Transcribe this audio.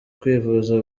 kwivuza